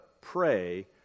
pray